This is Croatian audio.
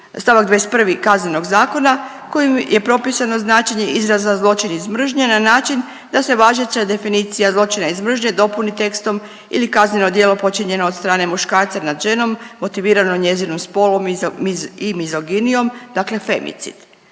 st. 21. KZ kojim je propisano značenje izraza „zločin iz mržnje“ na način da se važeća definicija „zločina iz mržnje“ dopuni tekstom “ili kazneno djelo počinjeno od strane muškarca nad ženom motivirano njezinim spolom i mizoginijom, dakle femicid“.